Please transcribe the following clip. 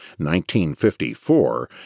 1954